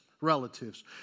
relatives